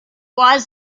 was